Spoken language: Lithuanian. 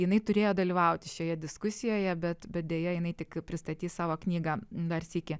jinai turėjo dalyvauti šioje diskusijoje bet bet deja jinai tik pristatys savo knygą dar sykį